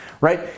right